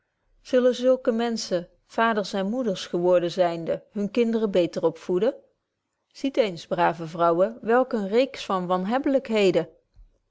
zullen zulke menschen vaders en moeders geworden zynde hunne kinderen beter opvoeden ziet eens brave vrouwen welk een reeks van